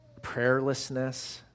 prayerlessness